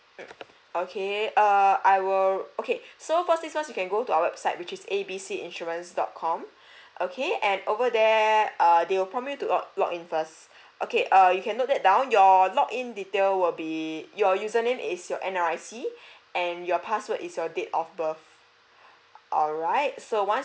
mm okay err I will okay so first thing first you can go to our website which is A B C insurance dot com okay and over there err they will prompt you to log in first okay err you can note that down your log in detail will be your username is your N_R_I_C and your password is your date of birth alright so once